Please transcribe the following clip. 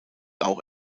auch